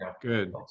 good